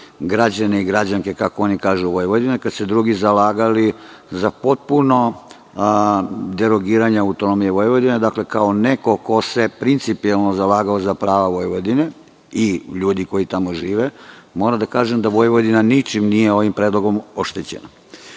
građane i građanke, kako oni kažu Vojvodine, kad su se drugi zalagali za potpuno derogiranje autonomije Vojvodine, dakle, kao neko ko se principijelno zalagao za prava Vojvodine i ljudi koji tamo žive, moram da kažem da Vojvodina ničim nije ovim predlogom oštećena.